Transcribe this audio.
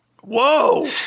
Whoa